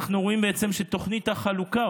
אנחנו רואים בעצם שתוכנית החלוקה,